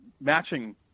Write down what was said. Matching